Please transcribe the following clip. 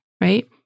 right